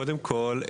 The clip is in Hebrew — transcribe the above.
קודם כול,